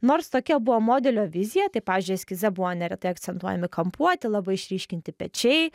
nors tokia buvo modelio vizija tai pavyzdžiui eskize buvo neretai akcentuojami kampuoti labai išryškinti pečiai